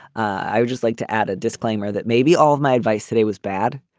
i would just like to add a disclaimer that maybe all of my advice today was bad.